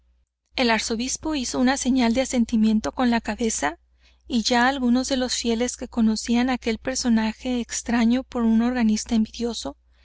el arzobispo hizo una señal de asentimiento con la cabeza y ya algunos de los fieles que conocían á aquel personaje extraño por un organista envidioso